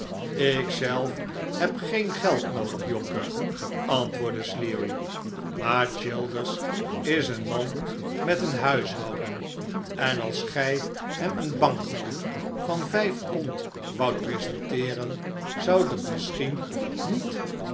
zelf heb geen geld noodig jonker antwoordde sleary maar childers is een man met een huishouden en als gij hem eene banknoot van vijf pond woudt presenteeren zou dat misschien niet